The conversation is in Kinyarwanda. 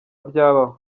ryabaho